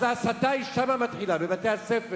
אז ההסתה, שם היא מתחילה, בבתי-הספר.